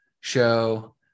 show